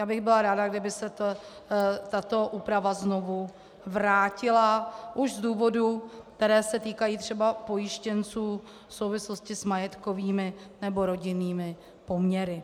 Já bych byla ráda, kdyby se tato úprava znovu vrátila, už z důvodů, které se týkají třeba pojištěnců v souvislosti s majetkovými nebo rodinnými poměry.